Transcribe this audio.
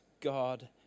God